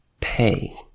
pay